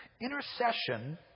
Intercession